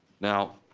now